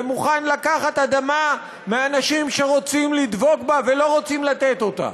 ומוכן לקחת אדמה מאנשים שרוצים לדבוק בה ולא רוצים לתת אותה,